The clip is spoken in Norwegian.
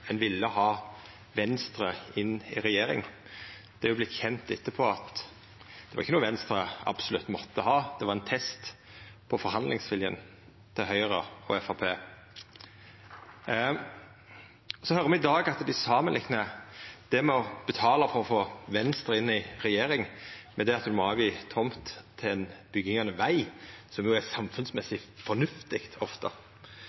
dette ikkje var noko Venstre absolutt måtte ha; det var ein test på forhandlingsviljen til Høgre og Framstegspartiet. Så høyrer me i dag at dei samanliknar det med å betala for å få Venstre inn i regjering, med det å måtta avstå tomt for bygging av veg, som jo ofte er